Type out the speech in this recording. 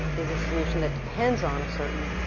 is a solution that depends on a certain